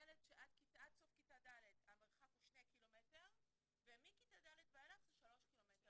ילד שעד סוף כיתה ד' המרחק הוא שני ק"מ ומכיתה ד' ואילך זה שלושה ק"מ,